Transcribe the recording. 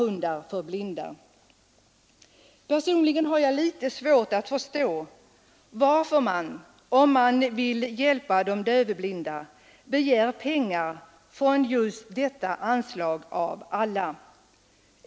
Personligen har jag litet svårt att förstå varför man, om man vill hjälpa de dövblinda, begär pengar från just detta anslag av alla.